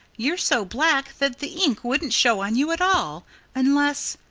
you're so black that the ink wouldn't show on you at all unless,